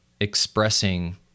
expressing